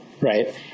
Right